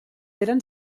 eren